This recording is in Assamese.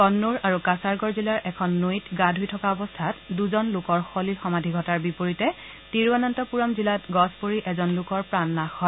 কন্নুৰ আৰু কাছাৰগড় জিলাৰ এখন নৈত গা ধুই থকা অৱস্থাত দুজন লোকৰ সলিল সমাধি ঘটাৰ বিপৰীতে তিৰুৱন্তপুৰম জিলাত গছ পৰি এজন লোকৰ প্ৰাণ নাশ হয়